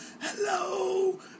hello